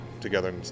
together